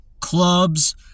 clubs